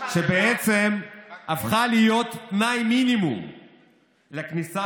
שבעצם הפכה להיות תנאי מינימום לכניסה